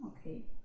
Okay